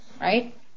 right